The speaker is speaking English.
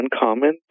uncommon